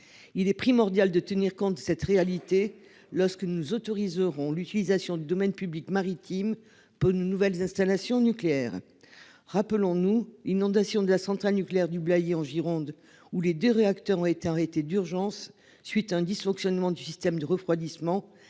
Il est primordial de tenir compte de cette réalité au moment d'autoriser l'utilisation du domaine public maritime pour nos nouvelles installations nucléaires. Rappelons-nous l'inondation de la centrale nucléaire du Blayais, en Gironde, où les deux réacteurs ont été arrêtés d'urgence, à la suite d'un dysfonctionnement du système de refroidissement.